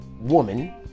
woman